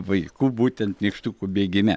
vaikų būtent nykštukų bėgime